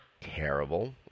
terrible